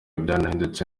byarahindutse